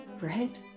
right